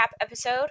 episode